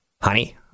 honey